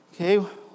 Okay